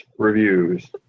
Reviews